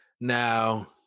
Now